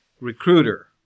recruiter